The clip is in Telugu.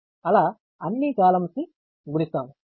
అలా అన్ని కాలమ్స్ ని గుణిస్తాము